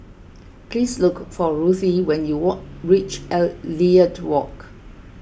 please look for Ruthie when you walk reach Elliot Walk